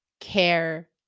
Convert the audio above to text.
care